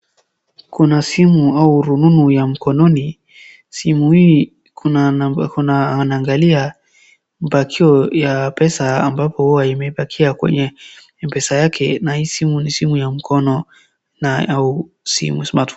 Kuna simu au rununu ya mkononi. Simu hii kuna, anaangalia bakio ya pesa ambapo imebakia kwenye M-pesa yake na hii simu ni simu ya mkono au simu smartphone .